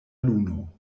luno